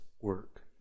work